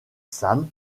sam